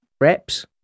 reps